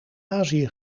azië